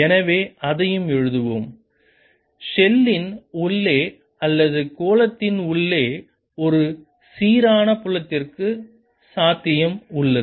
எனவே அதையும் எழுதுவோம் ஷெல்லின் உள்ளே அல்லது கோளத்தின் உள்ளே ஒரு சீரான புலத்திற்கு சாத்தியம் உள்ளது